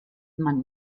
man